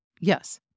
Yes